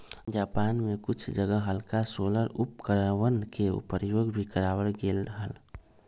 Japan में कुछ जगह हल्का सोलर उपकरणवन के प्रयोग भी करावल गेले हल